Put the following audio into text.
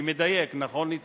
אני מדייק, נכון, ניצן?